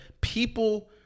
people